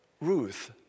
Ruth